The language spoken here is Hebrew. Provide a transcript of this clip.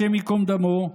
השם ייקום דמו,